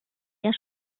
der